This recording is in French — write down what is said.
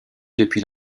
depuis